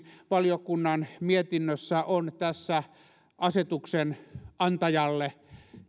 valiokunnan mietinnössä on asetuksen antajalle